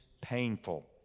painful